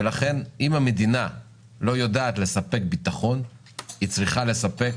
לכן אם המדינה לא יודעת לספק ביטחון היא צריכה לספק